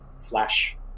flash